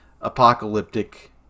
apocalyptic